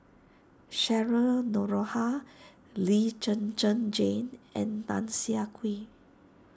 Cheryl Noronha Lee Zhen Zhen Jane and Tan Siah Kwee